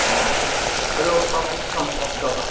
ꯑꯣ ꯑꯗꯣ ꯄ꯭ꯔꯥꯁꯇꯤ ꯀꯃꯥꯏ ꯀꯃꯥꯏ ꯇꯧꯕ